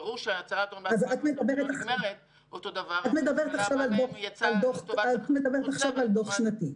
את מדברת עכשיו על דוח שנתי.